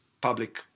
public